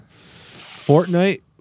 Fortnite